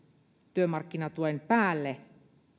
työmarkkinatuen päälle